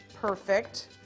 Perfect